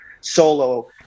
solo